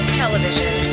television